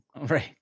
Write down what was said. Right